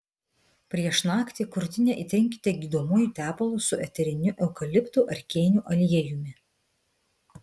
prieš naktį krūtinę įtrinkite gydomuoju tepalu su eteriniu eukaliptų ar kėnių aliejumi